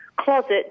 closet